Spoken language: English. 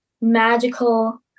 magical